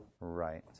Right